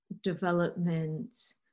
development